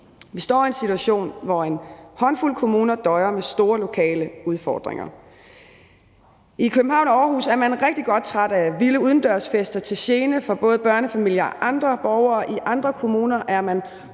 Vi står i en situation, hvor en håndfuld kommuner døjer med store lokale udfordringer. I København og Aarhus er man rigtig godt trætte af vilde udendørsfester til gene for både børnefamilier og andre borgere, i andre kommuner er man